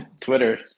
Twitter